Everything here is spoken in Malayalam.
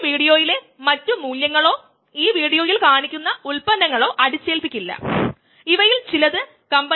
വളരെ ചെറിയ സമയങ്ങളിൽ ഒരു വർദ്ധനവ് ഉണ്ടാകുന്നു തുടർന്ന് എൻസൈം സബ്സ്ട്രേറ്റ് കോംപ്ലക്സിന്റെ സാന്ദ്രതയിൽ മാറ്റമില്ല